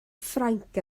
ffrainc